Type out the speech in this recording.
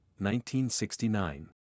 1969